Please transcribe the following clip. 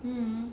mm